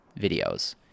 videos